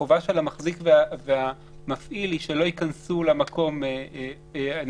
החובה של המחזיק והמפעיל היא שלא ייכנסו למקום אנשים.